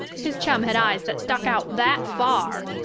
his chum had eyes that stuck out that far.